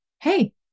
hey